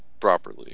Properly